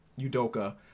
Udoka